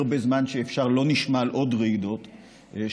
שהכי הרבה זמן שאפשר לא נשמע על עוד רעידות שכאלה,